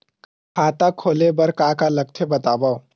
खाता खोले बार का का लगथे बतावव?